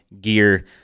gear